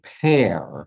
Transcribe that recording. pair